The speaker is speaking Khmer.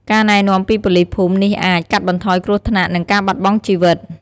ការណែនាំពីប៉ូលីសភូមិនេះអាច កាត់បន្ថយគ្រោះថ្នាក់ និងការបាត់បង់ជីវិត។